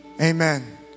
amen